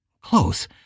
Close